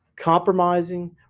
compromising